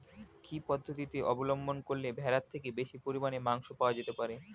কি পদ্ধতিতে অবলম্বন করলে ভেড়ার থেকে বেশি পরিমাণে মাংস পাওয়া যেতে পারে?